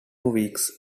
weeks